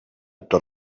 tot